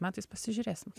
metais pasižiūrėsim